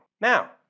Now